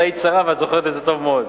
את היית שרה ואת זוכרת את זה טוב מאוד,